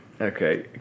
Okay